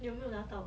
有没有拿到